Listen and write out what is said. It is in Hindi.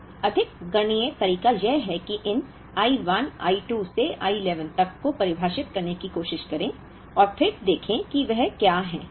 लेकिन अधिक गणितीय तरीका यह है कि इन I 1 I 2 से I 11 तक को परिभाषित करने की कोशिश करें और फिर देखें कि वे क्या हैं